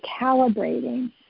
calibrating